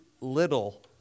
little